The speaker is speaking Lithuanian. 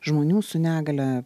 žmonių su negalia